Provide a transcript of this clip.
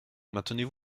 maintenez